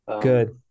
Good